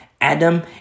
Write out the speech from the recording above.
Adam